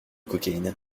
cocaïne